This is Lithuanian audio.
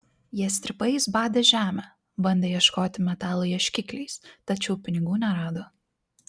jie strypais badė žemę bandė ieškoti metalo ieškikliais tačiau pinigų nerado